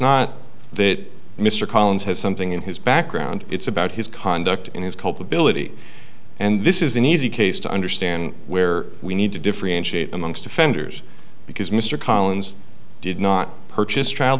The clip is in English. not that mr collins has something in his background it's about his conduct and his culpability and this is an easy case to understand where we need to differentiate amongst offenders because mr collins did not purchase